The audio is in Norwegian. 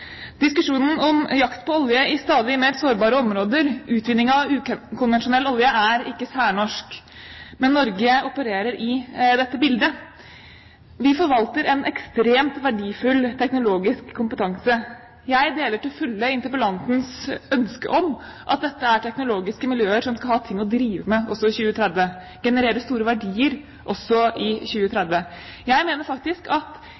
Diskusjonen om jakt på olje i stadig mer sårbare områder, utvinning av ukonvensjonell olje, er ikke særnorsk. Men Norge opererer i dette bildet. Vi forvalter en ekstremt verdifull teknologisk kompetanse. Jeg deler til fulle interpellantens ønske om at dette er teknologiske miljøer som skal ha ting å drive med også i 2030, som skal generere store verdier også i 2030. Jeg mener faktisk at